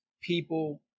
people